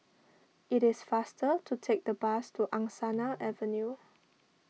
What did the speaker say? it is faster to take the bus to Angsana Avenue